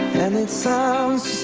and it sounds